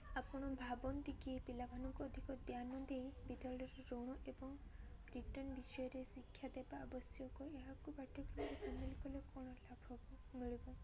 ଆପଣ ଭାବନ୍ତି କି ପିଲାମାନଙ୍କୁ ଅଧିକ ଧ୍ୟାନ ଦେଇ ବିଦ୍ୟାଳୟରେ ଋଣ ଏବଂ ରିଟର୍ନ୍ ବିଷୟରେ ଶିକ୍ଷା ଦେବା ଆବଶ୍ୟକ ଏହାକୁ ପାଠ୍ୟକ୍ରମରେ ସାମିଲ୍ କଲେ କ'ଣ ଲାଭ ମିଳିବ